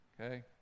okay